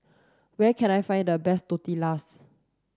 where can I find the best Tortillas